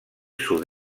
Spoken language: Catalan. sud